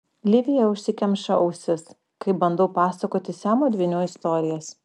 livija užsikemša ausis kai bandau pasakoti siamo dvynių istorijas